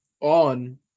on